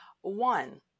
One